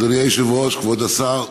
אדוני היושב-ראש, כבוד השר,